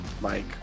Mike